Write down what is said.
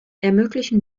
ermöglichen